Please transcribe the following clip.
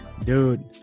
Dude